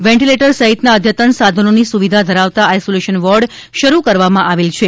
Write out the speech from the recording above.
ventilator સહિતના અદ્યતન સાધનોની સુવિધા ધરાવતા આઈસોલેશન વોર્ડ શરુ કરવામાં આવેલ છે